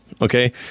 Okay